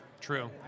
true